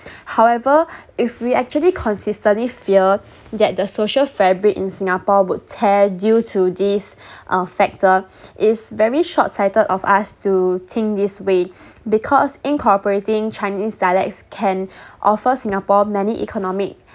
however if we actually consistently fear that the social fabric in singapore would tear due to this uh factor is very short sighted of us to think this way because incorporating chinese dialects can offer singapore many economic